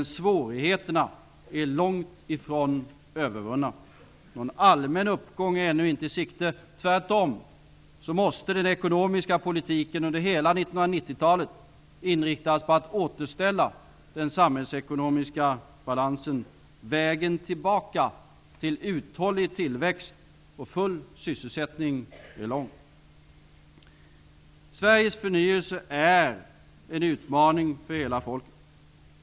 Svårigheterna är emellertid långt ifrån övervunna. Någon allmän uppgång är ännu inte i sikte. Tvärtom måste den ekonomiska politiken under hela 1990-talet inriktas på att återställa den samhällsekonomiska balansen. Vägen tillbaka till uthållig tillväxt och full sysselsättning är lång. Sveriges förnyelse är en utmaning för hela folket.